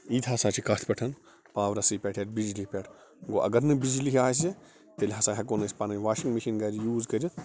یہِ تہِ ہَسا چھِ کَتھ پٮ۪ٹھ پاورسٕے پٮ۪ٹھ یا بِجلی پٮ۪ٹھ وۄنۍ اگر نہٕ بِجلی آسہِ تیٚلہِ ہَسا ہیٚکو نہٕ أسۍ پننٕۍ واشنگ مِشین گَرِ یوز کٔرِتھ